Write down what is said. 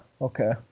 okay